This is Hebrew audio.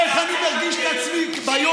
בוא